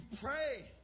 pray